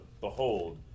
Behold